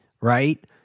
right